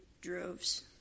droves